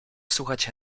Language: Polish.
słychać